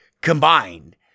combined